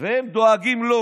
והם דואגים לו.